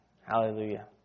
Hallelujah